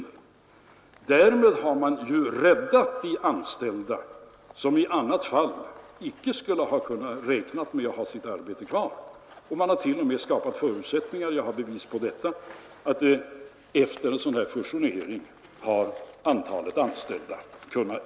Därmed har man ju räddat de anställda som i annat fall icke kunde ha räknat med att få behålla sina arbeten, och man har t.o.m. skapat förutsättningar för — jag har bevis på det — att efter en sådan här fusionering öka antalet anställda.